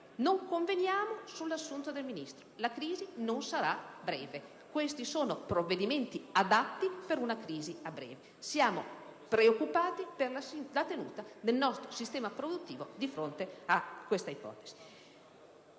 non conveniamo sull'assunto del Ministro. La crisi non sarà breve e questi sono provvedimenti adatti per una crisi breve, per cui siamo preoccupati per la tenuta del nostro sistema produttivo di fronte a questa ipotesi.